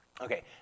Okay